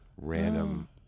random